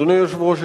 אדוני היושב-ראש,